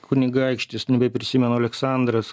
kunigaikštis nebeprisimenu aleksandras